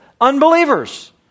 unbelievers